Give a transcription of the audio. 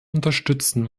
unterstützen